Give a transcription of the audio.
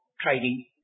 trading